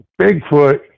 Bigfoot